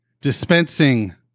dispensing